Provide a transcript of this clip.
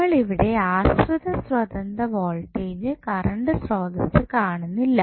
നമ്മൾ ഇവിടെ ആശ്രിത സ്വതന്ത്ര വോൾട്ടേജ് കറണ്ട് സ്രോതസ്സ് കാണുന്നില്ല